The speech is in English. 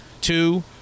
two